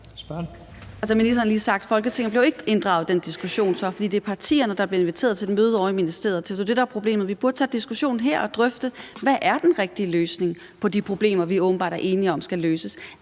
(UFG): Ministeren har lige sagt, at Folketinget ikke blev inddraget i den diskussion, for det er partierne, der er blevet inviteret til et møde ovre i ministeriet. Så det er jo det, der er problemet. Vi burde tage diskussionen her og drøfte, hvad den rigtige løsning er på de problemer, vi åbenbart er enige om skal løses.